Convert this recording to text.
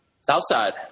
Southside